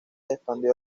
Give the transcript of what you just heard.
expandió